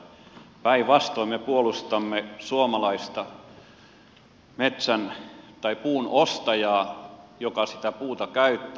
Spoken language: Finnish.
päinvastoin me puolustamme suomalaista puunostajaa joka sitä puuta käyttää